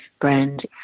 brand